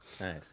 Nice